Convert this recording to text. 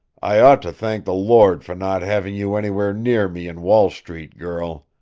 i ought to thank the lord for not having you anywhere near me in wall street, girl!